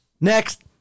Next